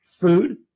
food